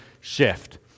shift